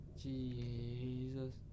Jesus